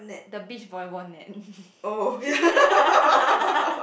the beach volleyball net